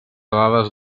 dades